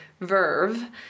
verve